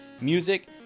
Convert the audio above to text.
music